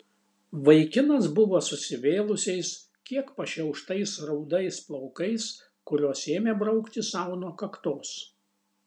vaikinas buvo susivėlusiais kiek pašiauštais rudais plaukais kuriuos ėmė braukti sau nuo kaktos